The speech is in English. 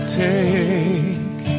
take